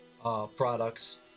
products